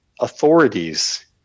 authorities